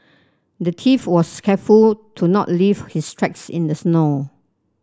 the thief was careful to not leave his tracks in the snow